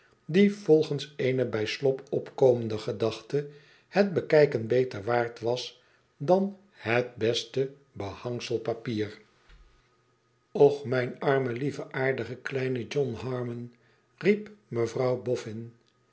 die volgens eene bij slop opkomende gedachte het bekijken beter waard was dan het beste behangselpapier och mijn arme lieve aardige kleine john harmon riep mevrouw boffin